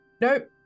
nope